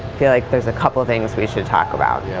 feel like there's a couple things we should talk about. yeah.